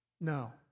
No